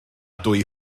dwy